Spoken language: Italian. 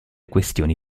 questioni